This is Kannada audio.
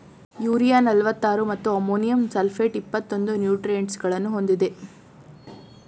ಯೂರಿಯಾ ನಲ್ವತ್ತಾರು ಮತ್ತು ಅಮೋನಿಯಂ ಸಲ್ಫೇಟ್ ಇಪ್ಪತ್ತೊಂದು ನ್ಯೂಟ್ರಿಯೆಂಟ್ಸಗಳನ್ನು ಹೊಂದಿದೆ